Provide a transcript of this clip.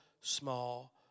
small